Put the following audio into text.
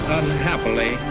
unhappily